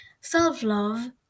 self-love